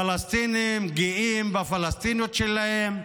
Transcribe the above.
פלסטינים גאים בפלסטיניות שלהם,